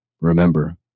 remember